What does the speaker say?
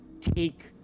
take